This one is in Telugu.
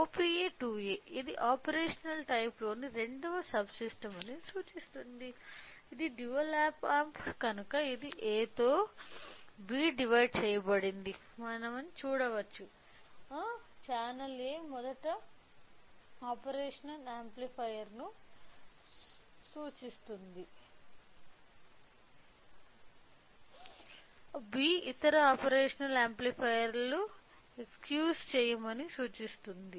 OPA 2A ఇది ఆపరేషనల్ టైపులోని రెండవ సబ్ సిస్టం అని సూచిస్తుంది ఇది డ్యూయల్ ఆప్ అంప్ కనుక ఇది A తో B డివైడ్ చెయ్యబడింది ఛానల్ A మొదటి ఆపరేషనల్ యాంప్లిఫైయర్ను సూచిస్తుంది B ఇతర ఆపరేషనల్ యాంప్లిఫైయర్లు ఎస్క్యూజ్ చెయ్యమని సూచిస్తుంది